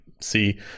see